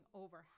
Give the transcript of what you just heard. over